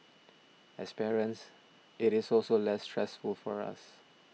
as parents it is also less stressful for us